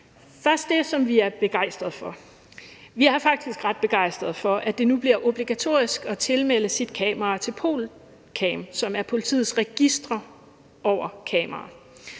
om det, som vi er begejstrede for. Vi er faktisk ret begejstrede for, at det nu bliver obligatorisk at tilmelde sit kamera til POLCAM, som er politiets register over kameraer.